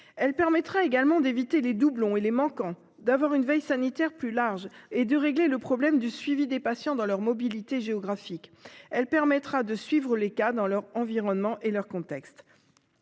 Elles permettront également d'éviter les doublons et les manquants, d'avoir une veille sanitaire plus large et de régler le problème du suivi des patients dans leur mobilité géographique : ceux-ci seront suivis dans leur environnement et leur contexte.